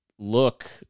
look